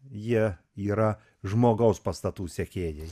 jie yra žmogaus pastatų sekėjai